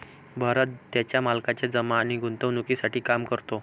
भरत त्याच्या मालकाच्या जमा आणि गुंतवणूकीसाठी काम करतो